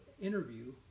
interview